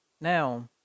now